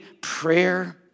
prayer